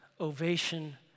ovation